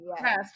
Yes